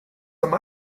some